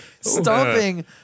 stomping